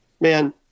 man